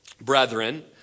brethren